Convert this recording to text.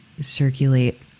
circulate